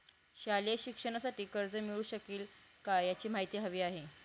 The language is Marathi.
शालेय शिक्षणासाठी कर्ज मिळू शकेल काय? याची माहिती हवी आहे